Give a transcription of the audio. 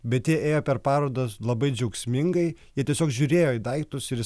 bet jie ėjo per parodą labai džiaugsmingai jie tiesiog žiūrėjo į daiktus ir